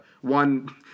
One